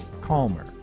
calmer